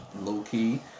low-key